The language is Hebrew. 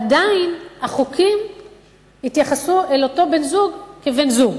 עדיין החוקים יתייחסו אל אותו בן-זוג כאל בן-זוג.